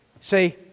See